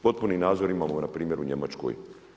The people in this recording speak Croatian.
Potpuni nadzor imamo npr. u Njemačkoj.